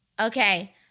Okay